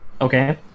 Okay